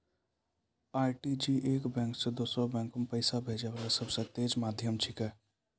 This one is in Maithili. आर.टी.जी.एस एक बैंक से दोसरो बैंक मे पैसा भेजै वाला सबसे तेज माध्यम छिकै